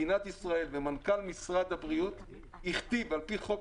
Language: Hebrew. מדינת ישראל ומנכ"ל משרד הבריאות הכתיב על פי חוק,